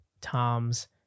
Tom's